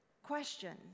Question